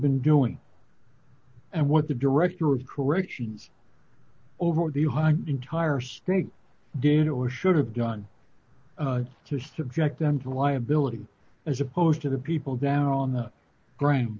been doing and what the director of corrections over the high entire state did or should have done to subject them to liability as opposed to the people down on the ground